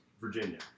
Virginia